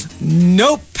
Nope